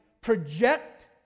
project